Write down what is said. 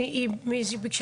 חושבת שכמו שאמר סגן השר,